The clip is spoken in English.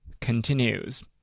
continues